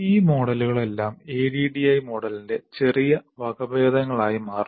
ഈ മോഡലുകളെല്ലാം ADDIE മോഡലിന്റെ ചെറിയ വകഭേദങ്ങൾ ആയി മാറുന്നു